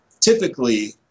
typically